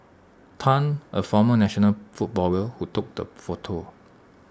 Tan A former national footballer who took the photo